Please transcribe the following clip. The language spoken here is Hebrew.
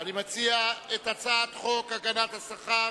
נצביע על הצעת חוק הגנת השכר